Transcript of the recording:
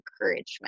encouragement